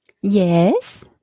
Yes